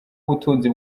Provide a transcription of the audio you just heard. ubutunzi